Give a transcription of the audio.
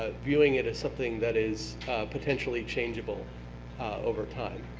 ah viewing it as something that is potentially changeable over time.